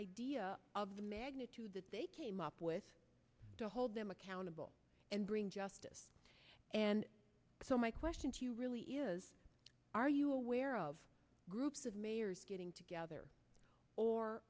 idea of the magnitude that they came up with to hold them accountable and bring justice and so my question to you really is are you aware of groups of mayors getting together or